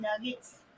nuggets